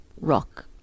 rock